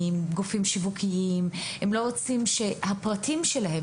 או שיווקיים; הם לא רוצים שהפרטים שלהם,